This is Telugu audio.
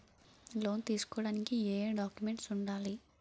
లోన్ తీసుకోడానికి ఏయే డాక్యుమెంట్స్ వుండాలి?